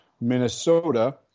Minnesota